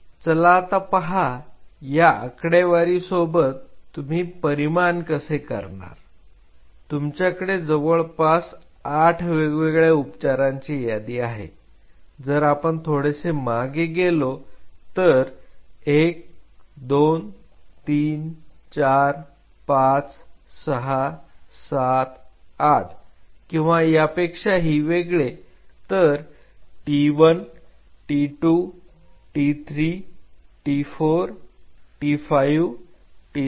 चला आता पहा या आकडेवारी सोबत तुम्ही परिमान कसे करणार तुमच्याकडे जवळपास आठ वेगवेगळ्या उपचारांची यादी आहे जर आपण थोडेसे मागे गेलो तर 12345678 किंवा यापेक्षाही वेगळे तर T1 T2 T 3 T4 T5 T6 T7 T8